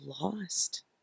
lost